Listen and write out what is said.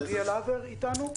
אריאל הבר, בבקשה.